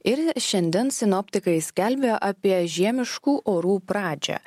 ir šiandien sinoptikai skelbia apie žiemiškų orų pradžią